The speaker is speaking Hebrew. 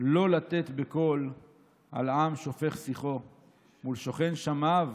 לא לתת בקול על עם שופך שיחו / מול שוכן שמיו,